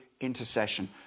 intercession